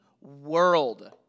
World